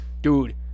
dude